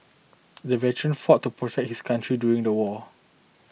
the veteran fought to protect his country during the war